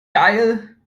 geil